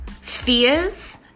fears